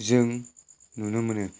जों नुनो मोनो